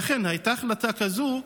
ואכן, הייתה החלטה כזאת,